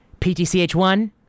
PTCH1